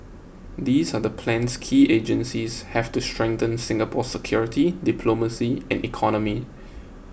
these are the plans key agencies have to strengthen Singapore's security diplomacy and economy